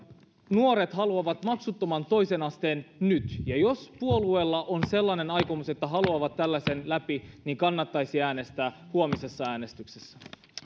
nuoret haluavat maksuttoman toisen asteen nyt ja jos puolueella on sellainen aikomus että se haluaa tällaisen läpi niin kannattaisi äänestää huomisessa äänestyksessä